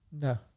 No